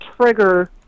trigger